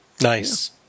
Nice